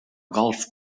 golf